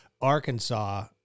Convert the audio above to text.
Arkansas